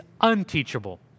unteachable